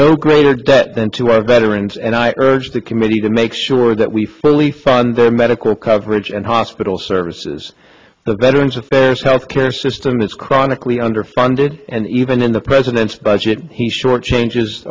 are no greater debt than to our veterans and i urge the committee to make sure that we fully fund their medical coverage and hospital services the veterans affairs health care system is chronically underfunded and even in the president's budget he short changes